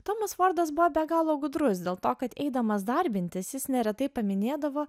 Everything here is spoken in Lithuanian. tomas fordas buvo be galo gudrus dėl to kad eidamas darbintis jis neretai paminėdavo